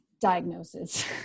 diagnosis